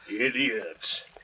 Idiots